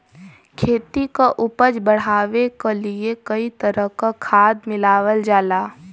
खेती क उपज बढ़ावे क लिए कई तरह क खाद मिलावल जाला